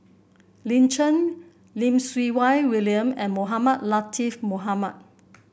Lin Chen Lim Siew Wai William and Mohamed Latiff Mohamed